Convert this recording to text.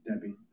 Debbie